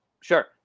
sure